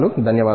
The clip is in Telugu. ధన్యవాదాలు